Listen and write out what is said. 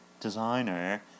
designer